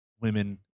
women